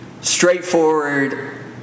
straightforward